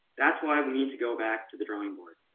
that's why we need to go back to the drawing board.